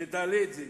ותעלה את זה.